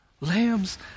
Lambs